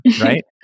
right